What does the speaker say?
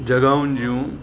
जॻहियुनि जूं